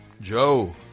Joe